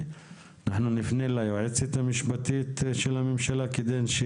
אנחנו כן נפנה ליועצת המשפטית של הממשלה בשם הוועדה,